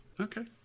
Okay